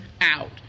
out